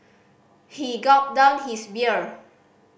he gulped down his beer